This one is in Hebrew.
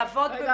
לעבוד במקביל.